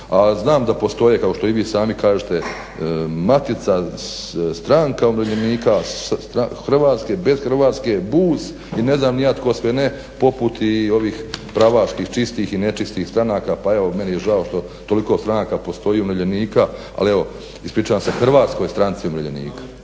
znam da postoje kao što i vi sami kažete Matica, Stranka umirovljenika Hrvatske, bez Hrvatske, BUZ i ne znam ni ja tko sve ne poput i ovih pravaških čistih i nečistih stranaka, pa evo meni je žao što toliko stranaka postoji umirovljenika. Ali evo, ispričavam se Hrvatskoj stranci umirovljenika.